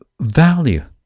value